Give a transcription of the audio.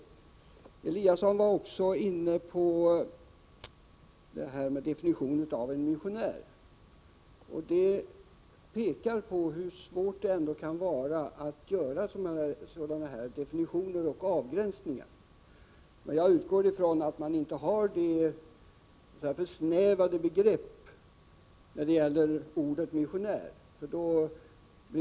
Ingemar Eliasson var också inne på definitionen av begreppet missionär. Det visar hur svårt det kan vara att göra definitioner och avgränsningar. Jag utgår från att man inte tolkar begreppet missionär alltför snävt.